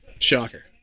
shocker